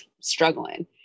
struggling